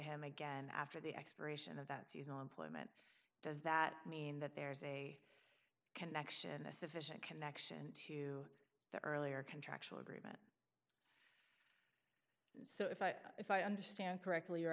him again after the expiration of that seasonal employment does that mean that there's a connection a sufficient connection to the earlier contract so if i if i understand correctly you're